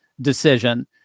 decision